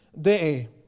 day